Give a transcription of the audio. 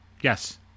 Yes